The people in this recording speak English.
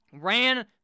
ran